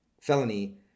felony